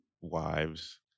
wives